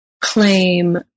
claim